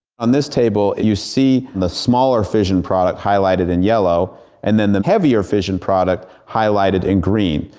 on this table you see the smaller fission product highlighted in yellow and then the heavier fission product highlighted in green.